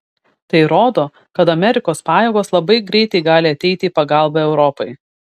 tai rodo kaip amerikos pajėgos labai greitai gali ateiti į pagalbą europai